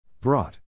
Brought